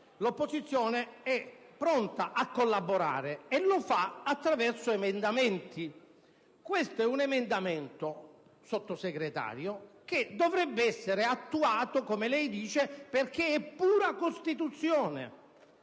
disponibile e pronta a collaborare. E lo fa attraverso emendamenti. Questo è un emendamento, signora Sottosegretario, che dovrebbe essere attuato perché, come lei dice, è pura Costituzione.